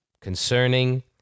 concerning